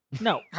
No